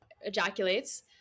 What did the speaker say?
ejaculates